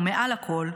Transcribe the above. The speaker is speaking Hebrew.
ומעל הכול,